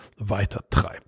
weitertreibt